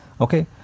okay